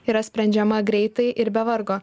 yra sprendžiama greitai ir be vargo